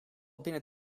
binnen